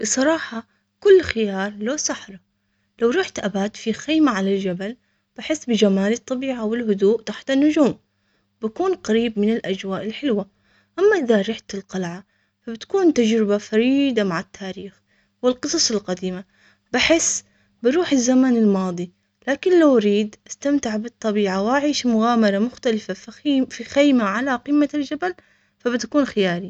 الصراحة كل خيار له سحرة. لو رحت ابات في خيمة على الجبل بحس بجمال الطبيعة والهدوء تحت النجوم بكون قريب من الاجواء الحلوة اما ازا رحت القلعة فبتكون تجربة فريدة مع التاريخ والقصص القديمة بحس بروح الزمن الماضي لكن لو اريد استمتع بالطبيعة وعيش مغامرة مختلفة في خيمة على قمة الجبل فبتكون خيالي